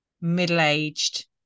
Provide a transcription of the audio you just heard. middle-aged